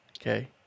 Okay